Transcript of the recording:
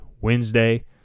Wednesday